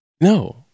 no